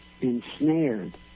ensnared